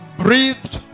breathed